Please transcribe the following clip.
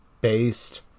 based